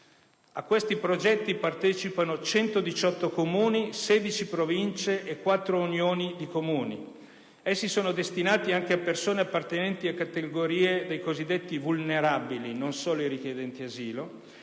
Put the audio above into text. A questi progetti partecipano 118 Comuni, 16 Province e quattro Unioni di Comuni; essi sono destinati anche a persone appartenenti a categorie dei cosiddetti vulnerabili - non solo i richiedenti asilo